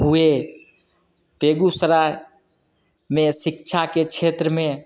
हुए बेगूसराय में शिक्षा के क्षेत्र में